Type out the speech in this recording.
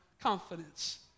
Confidence